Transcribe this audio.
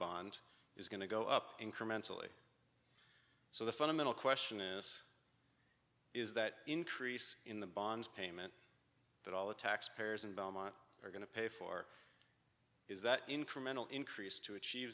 bond is going to go up incrementally so the fundamental question is is that increase in the bonds payment that all the tax payers in belmont are going to pay for is that incremental increase to achieve